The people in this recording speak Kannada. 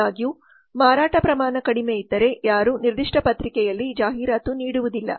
ಆದಾಗ್ಯೂ ಮಾರಾಟ ಪ್ರಮಾಣ ಕಡಿಮೆಯಿದ್ದರೆ ಯಾರೂ ನಿರ್ದಿಷ್ಟ ಪತ್ರಿಕೆಯಲ್ಲಿ ಜಾಹೀರಾತು ನೀಡುವುದಿಲ್ಲ